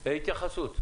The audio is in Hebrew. התייחסות.